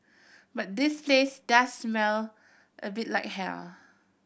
but this place does smell a bit like hell